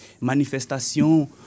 manifestation